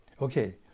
Okay